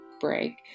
Break